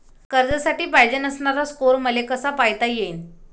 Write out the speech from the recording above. कर्जासाठी पायजेन असणारा स्कोर मले कसा पायता येईन?